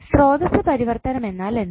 സ്രോതസ്സ് പരിവർത്തനം എന്നാൽ എന്ത്